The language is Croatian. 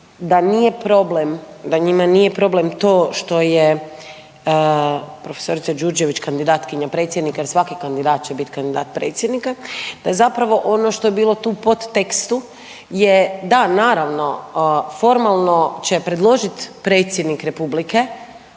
da nije problem, da njima nije problem to što je profesorica Đurđević kandidatkinja predsjednika jer svaki kandidat će biti kandidat predsjednika, da je zapravo ono što je bilo tu podtekstu je da, naravno formalno će predložiti predsjednik Republike